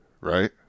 right